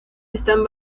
están